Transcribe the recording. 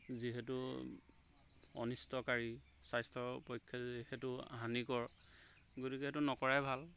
যিহেতু অনিষ্টকাৰী স্বাস্থ্যপক্ষে যিহেতু হানিকৰ গতিকে সেইটো নকৰাই ভাল